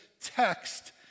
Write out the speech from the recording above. text